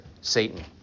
Satan